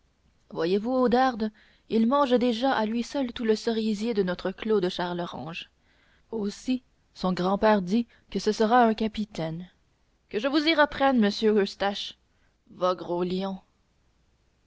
voyez-vous oudarde il mange déjà à lui seul tout le cerisier de notre clos de charlerange aussi son grand-père dit que ce sera un capitaine que je vous y reprenne monsieur eustache va gros lion